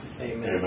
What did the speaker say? Amen